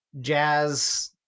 jazz